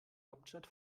hauptstadt